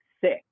six